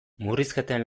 murrizketen